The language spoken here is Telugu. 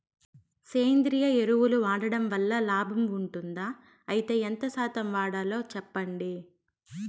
సేంద్రియ ఎరువులు వాడడం వల్ల లాభం ఉంటుందా? అయితే ఎంత శాతం వాడాలో చెప్పండి?